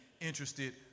interested